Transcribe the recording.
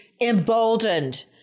emboldened